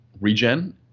regen